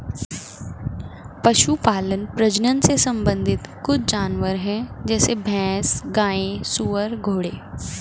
पशुपालन प्रजनन से संबंधित कुछ जानवर है जैसे भैंस, गाय, सुअर, घोड़े